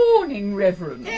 morning, reverend!